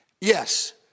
Yes